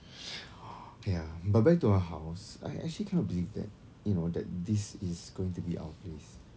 ya but back to our house I actually cannot believe that you know that this is going to be our place